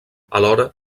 alhora